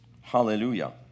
hallelujah